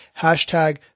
hashtag